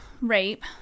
rape